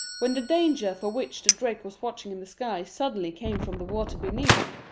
when the danger for which the drake was watching in the sky suddenly came from the water beneath.